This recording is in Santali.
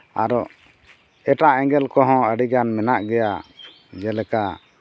ᱟᱨᱚ ᱮᱴᱟᱜ ᱮᱸᱜᱮᱞ ᱠᱚᱦᱚᱸ ᱟᱹᱰᱤᱜᱟᱱ ᱢᱮᱱᱟᱜ ᱜᱮᱭᱟ ᱡᱮᱞᱮᱠᱟ